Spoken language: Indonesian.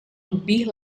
lebih